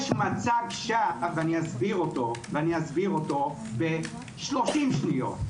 יש מצג שווא, ואסביר אותו ב-30 שניות.